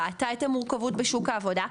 ראתה את המורכבות בשוק העבודה,